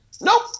Nope